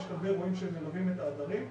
יש כלבי רועים שמלווים את העדרים,